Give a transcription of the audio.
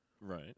Right